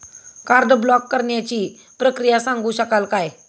Card block करण्याची प्रक्रिया सांगू शकाल काय?